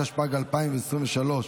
התשפ"ג 2023,